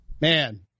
Man